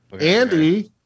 Andy